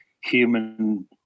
human